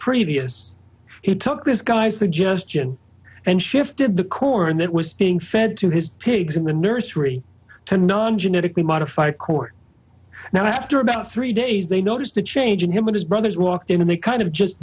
previous he took this guy's suggestion and shifted the core and that was being fed to his pigs in the nursery to non genetically modified court now after about three days they noticed a change in him in his brother's walked in and they kind of just